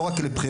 לא רק כבחירה,